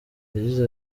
yagize